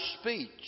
speech